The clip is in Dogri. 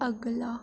अगला